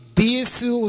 disse